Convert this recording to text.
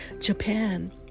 Japan